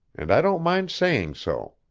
and i don't mind saying so.